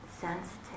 sensitive